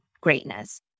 greatness